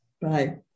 Bye